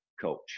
coach